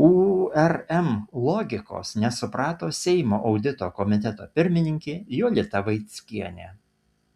urm logikos nesuprato seimo audito komiteto pirmininkė jolita vaickienė